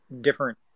different